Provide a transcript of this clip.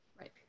Right